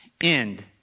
end